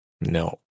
No